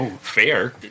fair